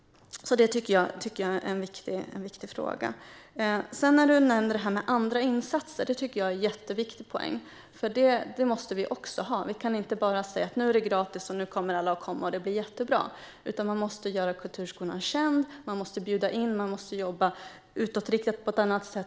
Det tycker jag är en viktig fråga. Du nämner andra insatser. Det tycker jag är en jätteviktig poäng, för det måste vi också ha. Vi kan inte bara säga att nu är det gratis, nu kommer alla att komma och det blir jättebra. Man måste göra kulturskolan känd, man måste bjuda in och man måste jobba utåtriktat på ett annat sätt.